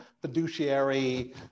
fiduciary